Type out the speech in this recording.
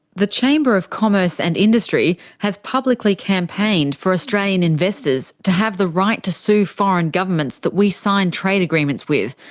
the chamber of commerce and industry has publicly campaigned for australian investors to have the right to sue foreign governments that we sign trade agreements with,